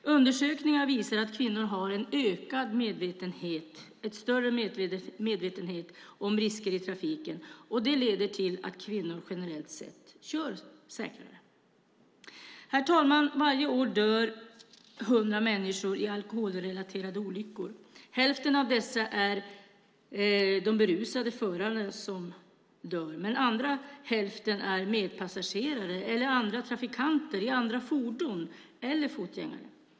Undersökningar visar att kvinnor har en större medvetenhet om risker i trafiken, och det leder till att kvinnor generellt sett kör säkrare. Herr talman! Varje år dör hundra människor i alkoholrelaterade olyckor. Hälften av dessa är de berusade förarna, men den andra hälften är medpassagerare eller andra trafikanter i andra fordon - eller fotgängare.